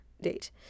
date